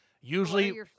Usually